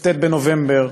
לכ"ט בנובמבר,